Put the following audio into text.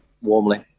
Warmly